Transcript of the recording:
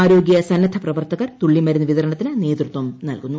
ആര്ട്രോഗ്യ സന്നദ്ധ പ്രവർത്തകർ തുള്ളിമരുന്ന് വിതരണത്തിന് നേതൃത്ത്ം നൽകുന്നു